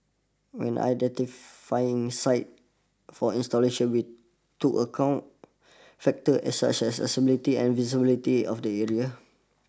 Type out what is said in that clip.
when identifying sites for installations we took account factors as such as accessibility and visibility of the areas